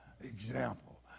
Example